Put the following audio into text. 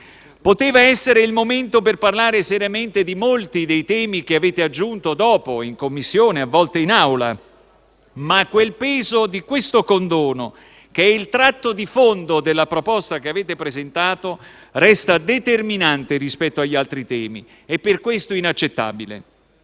Poteva essere il momento per parlare seriamente di molti dei temi che avete aggiunto dopo, in Commissione e a volte in Aula. Tuttavia, il peso di questo condono, che è il tratto di fondo della proposta che avete presentato, resta determinante rispetto agli altri temi e, per questo, inaccettabile.